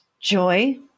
joy